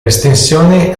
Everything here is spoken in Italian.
estensione